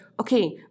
okay